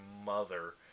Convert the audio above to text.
mother